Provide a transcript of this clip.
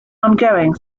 ongoing